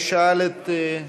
מי שאל את,